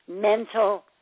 mental